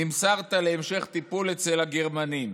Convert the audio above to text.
נמסרת להמשך טיפול אצל הגרמנים.